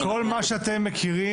אבל כל מה שאתם מכירים,